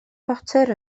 potter